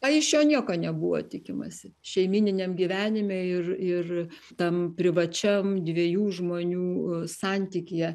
na iš jo nieko nebuvo tikimasi šeimyniniam gyvenime ir ir tam privačiam dviejų žmonių santykyje